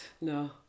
No